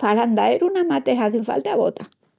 Pal andaeru namás te hazin falta botas.